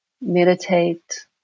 meditate